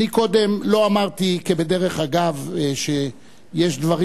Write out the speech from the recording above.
אני קודם לא אמרתי כבדרך אגב שיש דברים